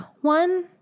one